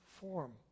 form